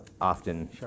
often